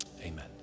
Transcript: amen